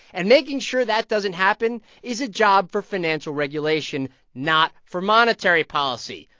and making sure that doesn't happen is a job for financial regulation, not for monetary policy.